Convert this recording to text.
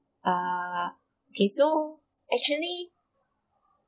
err okay so actually